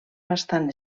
bastant